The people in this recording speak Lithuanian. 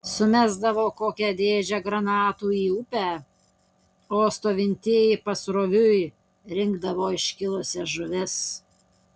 sumesdavo kokią dėžę granatų į upę o stovintieji pasroviui rinkdavo iškilusias žuvis